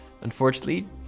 Unfortunately